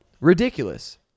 Ridiculous